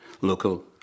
local